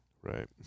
Right